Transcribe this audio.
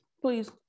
please